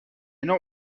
نوع